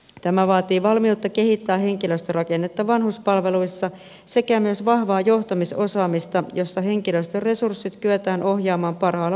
tämä vaatii valmiutta kehittää henkilöstörakennetta vanhuspalveluissa sekä myös vahvaa johtamisosaamista jossa henkilöstöresurssit kyetään ohjaamaan parhaalla mahdollisella tavalla